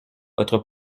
votre